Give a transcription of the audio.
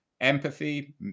empathy